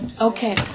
Okay